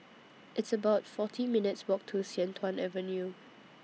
It's about forty minutes' Walk to Sian Tuan Avenue